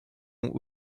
ont